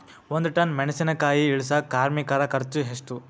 ಒಂದ್ ಟನ್ ಮೆಣಿಸಿನಕಾಯಿ ಇಳಸಾಕ್ ಕಾರ್ಮಿಕರ ಖರ್ಚು ಎಷ್ಟು?